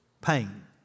pain